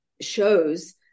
shows